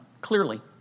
clearly